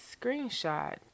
screenshot